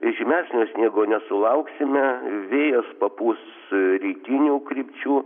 žymesnio sniego nesulauksime vėjas papūs rytinių krypčių